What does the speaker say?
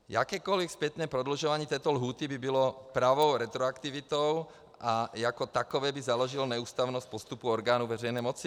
Jakékoli zpětné prodlužování této lhůty by bylo pravou retroaktivitou a jako takové by založilo neústavnost postupu orgánů veřejné moci.